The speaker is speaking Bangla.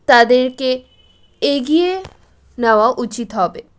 তাদেরকে এগিয়ে নেওয়া উচিত হবে